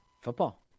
Football